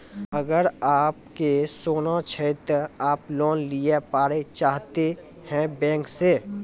अगर आप के सोना छै ते आप लोन लिए पारे चाहते हैं बैंक से?